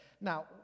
Now